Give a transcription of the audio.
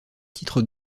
titres